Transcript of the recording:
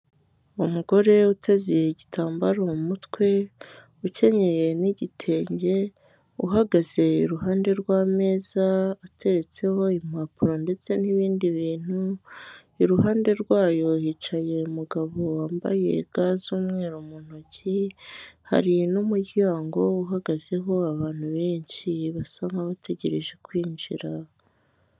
Umugore uteze igitambaro mu mutwe, ukenyeye n'igitenge, uhagaze iruhande rw'ameza ateretseho impapuro ndetse n'ibindi bintu, iruhande rwayo hicaye umugabo wambaye ga z'umweru mu ntoki, hari n'umuryango uhagazeho abantu benshi basa nkabategereje kwinjira.